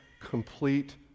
complete